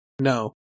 No